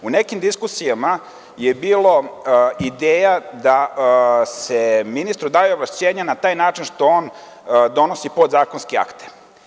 U nekim diskusijama je bilo ideja da se ministru daju ovlašćenja na taj način što on donosi podzakonske akte.